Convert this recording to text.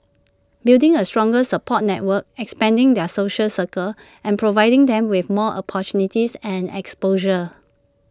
building A stronger support network expanding their social circles and providing them with more opportunities and exposure